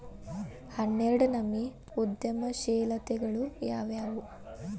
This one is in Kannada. ಹನ್ನೆರ್ಡ್ನನಮ್ನಿ ಉದ್ಯಮಶೇಲತೆಗಳು ಯಾವ್ಯಾವು